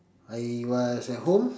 I was at home